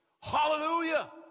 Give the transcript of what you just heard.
Hallelujah